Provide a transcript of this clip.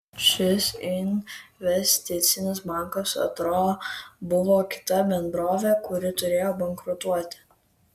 šis investicinis bankas atrodo buvo kita bendrovė kuri turėjo bankrutuoti